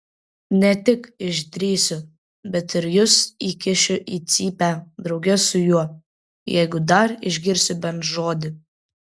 ne tik išdrįsiu bet ir jus įkišiu į cypę drauge su juo jeigu dar išgirsiu bent žodį